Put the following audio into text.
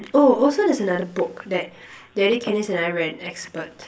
oh also there's also another book that Denny Candice and I we're an expert